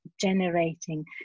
generating